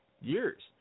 years